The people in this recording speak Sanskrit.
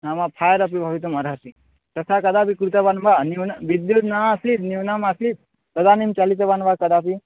नाम फ़ैर् अपि भवितुम् अर्हति तथा कदापि कृतवान् वा न्यून विद्युद्नास्ति न्यूनमासीत् तदानीं चालितवान् वा कदापि